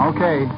Okay